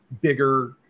bigger